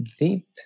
deep